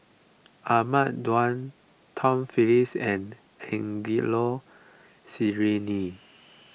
Ahmad Daud Tom Phillips and Angelo Sanelli